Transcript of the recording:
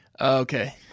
Okay